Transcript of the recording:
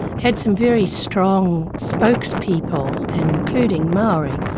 had some very strong spokespeople, including maori,